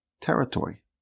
territory